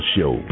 Show